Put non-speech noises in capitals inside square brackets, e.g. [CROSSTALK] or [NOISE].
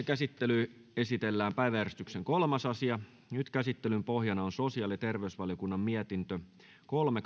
[UNINTELLIGIBLE] käsittelyyn esitellään päiväjärjestyksen kolmas asia käsittelyn pohjana on sosiaali ja terveysvaliokunnan mietintö kolme [UNINTELLIGIBLE]